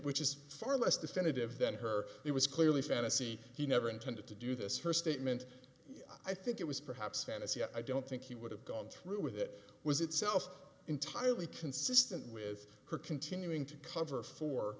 which is far less definitive than her it was clearly fantasy he never intended to do this her statement i think it was perhaps fantasy i don't think he would have gone through with it was itself entirely consistent with her continuing to cover for